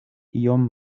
iom